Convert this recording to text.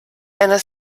einer